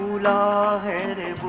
la la